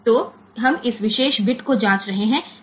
तो हम इस विशेष बिट को जाँच रहे हैं